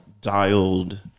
dialed